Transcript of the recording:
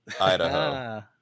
Idaho